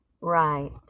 Right